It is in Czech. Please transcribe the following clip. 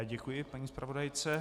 Děkuji paní zpravodajce.